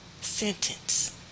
sentence